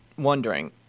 Wondering